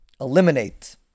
eliminate